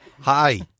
Hi